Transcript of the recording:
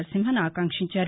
నరసింహన్ ఆకాంక్షించారు